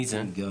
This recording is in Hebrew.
מי זה?